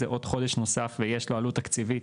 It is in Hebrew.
זה עוד חודש נוסף ויש לו עלות תקציבית,